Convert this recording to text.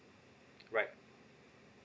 right